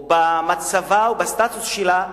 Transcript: במצבה ובסטטוס שלה,